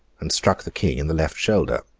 and struck the king in the left shoulder.